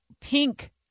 Pink